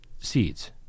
seeds